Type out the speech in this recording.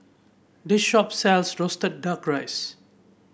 this shop sells roasted duck rice